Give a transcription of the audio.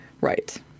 Right